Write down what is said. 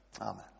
Amen